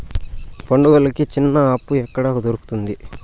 పండుగలకి చిన్న అప్పు ఎక్కడ దొరుకుతుంది